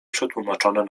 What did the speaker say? przetłumaczone